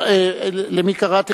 למי קראתי?